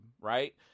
right